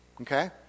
okay